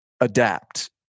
Adapt